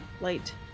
light